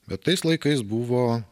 bet tais laikais buvo